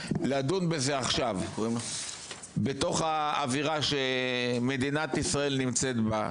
לדון בזה עכשיו בתוך האווירה שמדינת ישראל נמצאת בה,